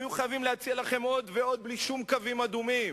הם יהיו חייבים להציע לכם עוד ועוד בלי שום קווים אדומים,